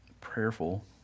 prayerful